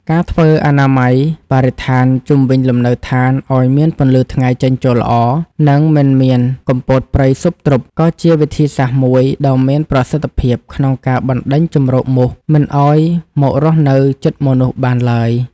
ការធ្វើអនាម័យបរិស្ថានជុំវិញលំនៅដ្ឋានឱ្យមានពន្លឺថ្ងៃចេញចូលល្អ និងមិនមានគុម្ពោតព្រៃស៊ុបទ្រុប ក៏ជាវិធីសាស្ត្រមួយដ៏មានប្រសិទ្ធភាពក្នុងការបណ្ដេញជម្រកមូសមិនឱ្យមករស់នៅជិតមនុស្សបានឡើយ។